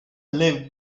leave